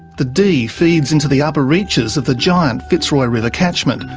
the dee feeds into the upper reaches of the giant fitzroy river catchment,